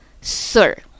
sir